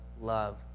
love